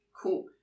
Cool